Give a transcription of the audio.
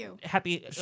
happy